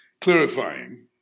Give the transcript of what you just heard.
clarifying